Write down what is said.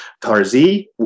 Tarzi